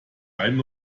einen